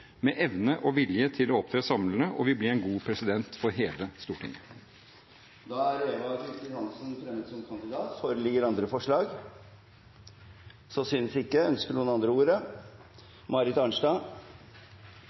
med evne og vilje til å opptre samlende og vil bli en god president for hele Stortinget. Da er Eva Kristin Hansen fremmet som kandidat. Foreligger det andre forslag? – Så synes ikke. Ønsker noen andre